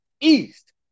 East